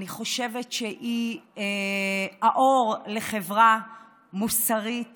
אני חושבת שהיא האור לחברה מוסרית